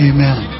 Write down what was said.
Amen